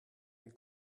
une